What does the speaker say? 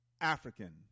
African